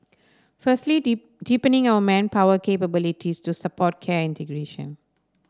firstly deep deepening our manpower capabilities to support care integration